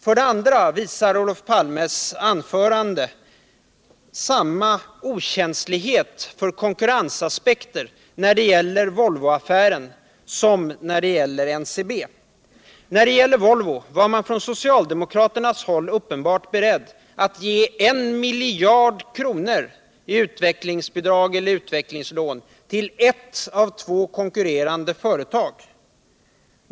För det andra visar Olof Palmes anförande samma okänslighet för konkurrensaspekter när det gäller Volvoaffären som när det gäller NCB. I fråga om Volvo var man från socialdemokratiskt håll uppenbart beredd att ge 1 miljard kronor i utvecklingsbidrag eller utvecklingslån till ett av två konkurrerande företag.